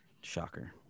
Shocker